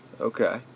Okay